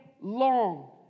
long